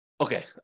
Okay